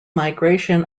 migration